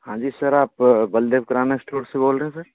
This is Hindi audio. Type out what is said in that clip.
हाँ जी सर आप बलदेव किराना स्टोर से बोल रहे हैं सर